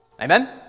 Amen